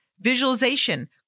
visualization